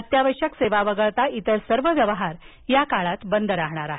अत्यावश्यक सेवा वगळता इतर सर्व व्यवहार बंद राहणार आहेत